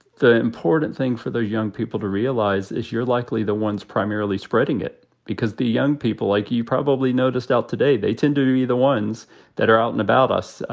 the important thing for those young people to realize is you're likely the ones primarily spreading it because the young people like you probably noticed out today. they tend to to be the ones that are out and about us.